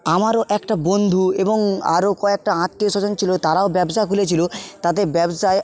আমারও একটা বন্ধু এবং আরও কয়েকটা আত্মীয়স্বজন ছিল তারাও ব্যবসা খুলেছিল তাদের ব্যবসায়